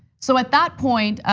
so at that point,